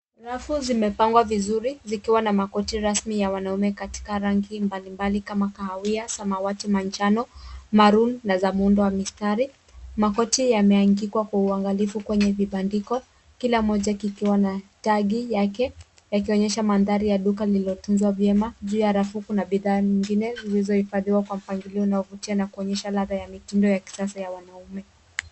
Rafu zimepangwa vizuri, zikiwa na makoti rasmi ya wanaume katika rangi mbalimbali kama kahawia, samawati, manjano, maroon , na za muundo wa mistari. Makoti yameangikwa kwa uangalifu kwenye vibandiko. Kila moja kikiwa na tagi yake, yakionyesha mandhari ya duka lililotunzwa vyema. Juu ya rafu kuna bidhaa nyingine, zilizohifadhiwa kwa mpangilio unaovutia na kuonyesha ladha ya mitindo ya kisasa ya wanaume.